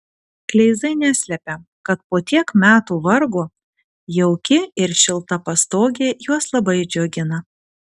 kleizai neslepia kad po tiek metų vargo jauki ir šilta pastogė juos labai džiugina